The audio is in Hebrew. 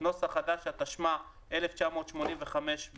התשמ"ה 1985,